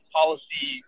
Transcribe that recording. policy